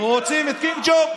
רוצים את קינג ג'ורג'?